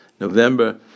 November